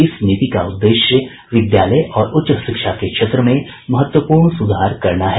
इस नीति का उद्देश्य विद्यालय और उच्च शिक्षा के क्षेत्र में महत्वपूर्ण सुधार करना है